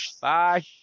Bye